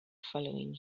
following